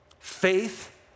Faith